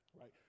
right